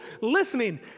listening